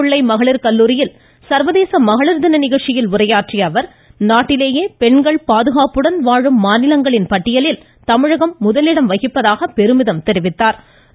பிள்ளை மகளிர் கல்லூரியில் சர்வதேச மகளிர் தின நிகழ்ச்சியில் உரையாற்றிய அவர் நாட்டிலேயே பெண்கள் பாதுகாப்புடன் வாழும் மாநிலங்களின் பட்டியலில் தமிழகம் முதலிடம் வகிப்பதாக பெருமிதம் தெரிவித்தாா்